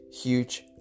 huge